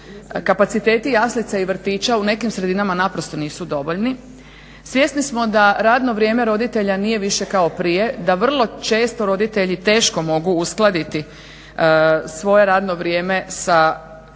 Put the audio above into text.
kapaciteti jaslica i vrtića u nekim sredinama naprosto nisu dovoljni, svjesni smo da radno vrijeme roditelja nije više kao prije, da vrlo često roditelji teško mogu uskladiti svoje radno vrijeme sa radnim